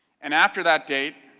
and after that date,